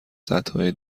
سدهای